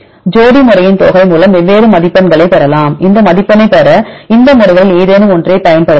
ஜோடி முறையின் தொகை மூலம் வெவ்வேறு மதிப்பெண்களைப் பெறலாம் இந்த மதிப்பெண்ணைப் பெற இந்த முறைகளில் ஏதேனும் ஒன்றைப் பயன்படுத்தலாம்